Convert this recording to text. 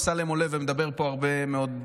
אמסלם עולה ומדבר הרבה מאוד,